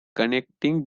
connecting